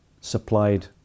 supplied